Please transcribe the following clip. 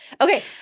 Okay